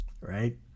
right